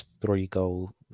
three-goal